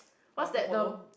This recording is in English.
Marco Polo